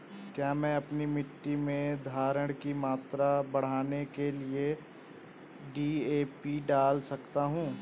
क्या मैं अपनी मिट्टी में धारण की मात्रा बढ़ाने के लिए डी.ए.पी डाल सकता हूँ?